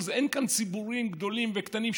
אין כאן ציבורים גדולים וקטנים.